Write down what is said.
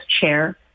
chair